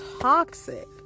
toxic